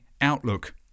outlook